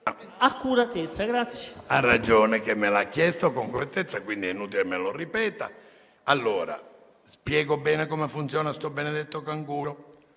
Ha ragione che me l'ha chiesto con correttezza, quindi è inutile che me lo ripeta. Allora, spiego bene come funziona questo benedetto canguro.